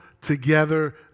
Together